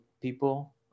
people